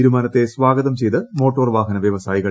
തീരുമാനത്തെ സ്വാഗതം ചെയ്ത് മോട്ടോർ വാഹന വൃവസായികൾ